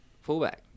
fullback